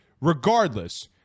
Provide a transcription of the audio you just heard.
regardless